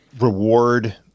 reward